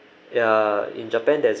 ya in japan there's